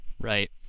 right